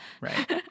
right